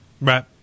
right